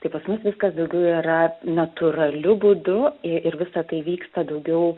tai pas mus viskas daugiau yra natūraliu būdu i ir visa tai vyksta daugiau